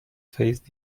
phase